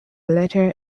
letter